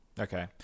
Okay